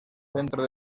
centro